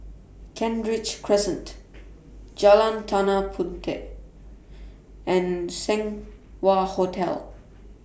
Kent Ridge Crescent Jalan Tanah Puteh and Seng Wah Hotel